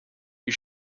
you